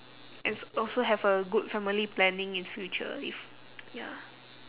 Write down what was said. and s~ also have a good family planning in future if ya